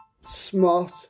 smart